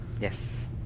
Yes